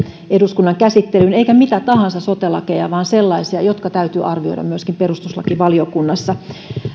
eduskunnan käsittelyyn eikä mitä tahansa sote lakeja vaan sellaisia jotka täytyy arvioida myöskin perustuslakivaliokunnassa